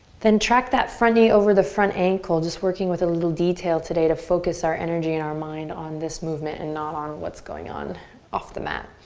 then track that front knee over the front ankle. just working with a little detail today to focus our energy and our mind on this movement and not on what's going on off the mat.